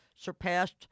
surpassed